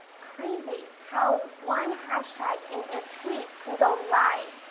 crazy how one hashtag in a tweet can go live.